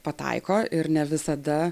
pataiko ir ne visada